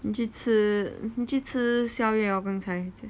你去吃你去吃宵夜 hor 刚才